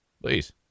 Please